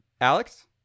Alex